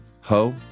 ho